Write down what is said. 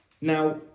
Now